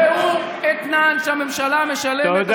והוא אתנן שהממשלה משלמת,